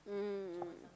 mm mm